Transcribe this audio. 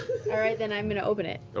all right, then i'm going to open it.